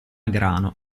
grano